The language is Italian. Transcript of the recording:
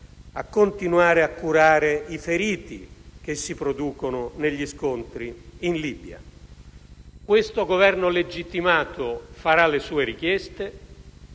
a continuare a curare i feriti che si producono negli scontri in Libia. Il Governo legittimato farà le sue richieste